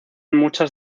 muchas